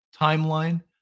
timeline